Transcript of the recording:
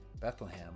Bethlehem